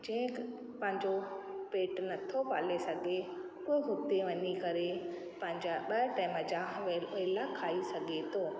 जे पंहिंजो पेट नथो पाले सघे उहो हुते वञी करे पंहिंजा ॿ टाइम जा उहे वेला खाई सघे थो